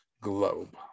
globe